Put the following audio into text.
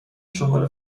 شمال